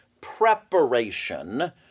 preparation